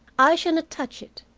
i shall not touch it.